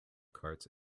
carts